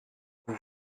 vous